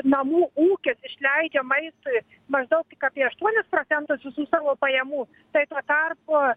namų ūkis išleidžia maistui maždaug tik apie aštuonis procentus visų savo pajamų kai tuo tarpu